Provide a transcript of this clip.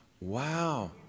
Wow